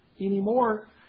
anymore